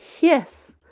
Yes